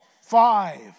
five